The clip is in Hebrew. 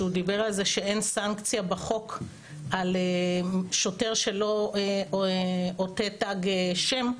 שהוא דיבר על זה שאין סנקציה בחוק על שוטר שלא עוטה תג שם,